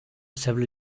several